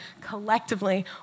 collectively